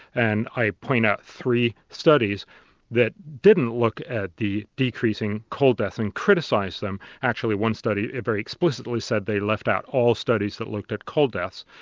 and i point out three studies that didn't look at the decreasing cold deaths and criticised them. actually one study very explicitly said they left out all studies that looked at cold deaths,